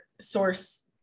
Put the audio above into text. source